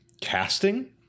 casting